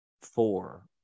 four